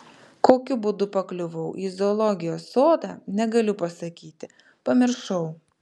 kokiu būdu pakliuvau į zoologijos sodą negaliu pasakyti pamiršau